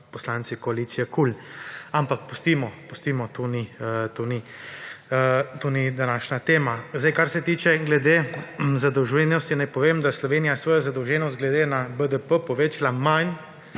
poslanci koalicije KUL. Ampak pustimo, pustimo, to ni današnja tema. Zdaj, kar se tiče in glede zadolženosti naj povem, da Slovenija svojo zadolženost glede na BDP povečala manj